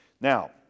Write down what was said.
Now